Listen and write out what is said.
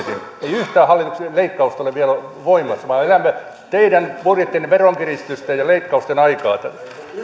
yhtään hallituksen leikkausta ole vielä voimassa vaan elämme teidän budjettinne veronkiritysten ja leikkausten aikaa